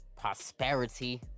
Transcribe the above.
prosperity